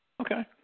Okay